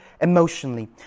emotionally